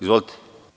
Izvolite.